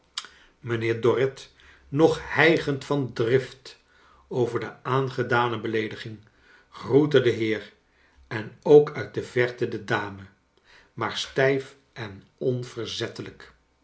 mijnheer dorrit nog hijgend van drift over de aangedane belecdiging groette den heer en ook uit de verte i de dame maar stijc en onverzettelijk